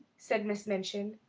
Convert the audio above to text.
said miss minchin.